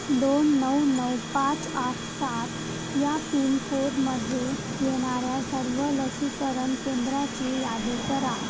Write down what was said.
दोन नऊ नऊ पाच आठ सात या पिनकोडमध्ये येणाऱ्या सर्व लसीकरण केंद्राची यादी करा